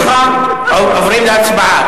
שב במקומך, עוברים להצבעה.